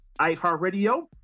iHeartRadio